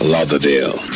Lauderdale